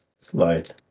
slide